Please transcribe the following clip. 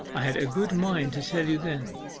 i had a good mind to tell you then,